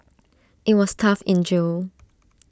IT was tough in jail